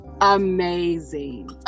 amazing